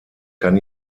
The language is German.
kann